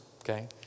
okay